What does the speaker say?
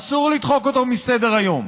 אסור לדחוק אותו מסדר-היום: